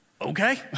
okay